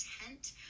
intent